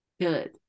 good